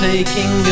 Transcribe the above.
Taking